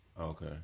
Okay